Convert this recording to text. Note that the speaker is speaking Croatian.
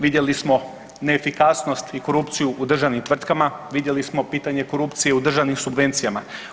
Vidjeli smo neefikasnost i korupciju u državnim tvrtkama, vidjeli smo pitanje korupcije u državnim subvencijama.